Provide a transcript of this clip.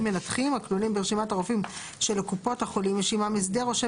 מנתחים הכלולים ברשימתה רופאים שלקופות החולים יש עמם הסדר או שהם